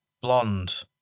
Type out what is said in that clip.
blonde